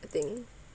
I think